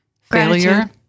failure